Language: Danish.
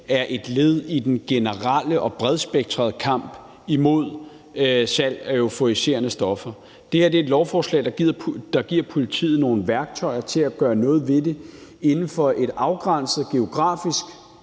er et led i den generelle og bredspektrede kamp imod salg af euforiserende stoffer. Det her er et lovforslag, der giver politiet nogle værktøjer til at gøre noget ved det inden for et geografisk